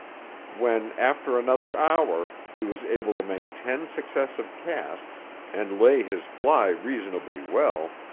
when, after another hour, he was able to make ten successive casts and lay his fly reasonably well,